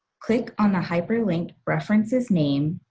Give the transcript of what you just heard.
click on the hyperlink references name,